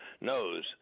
knows